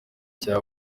cya